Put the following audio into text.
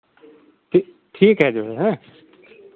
ठीक है जो है हैं